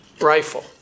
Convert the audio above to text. rifle